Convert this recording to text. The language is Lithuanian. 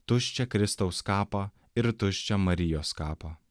tuščią kristaus kapą ir tuščią marijos kapą